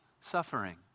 suffering